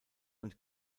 und